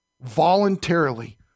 Voluntarily